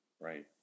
Right